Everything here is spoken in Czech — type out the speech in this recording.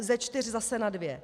Ze čtyř zase na dvě.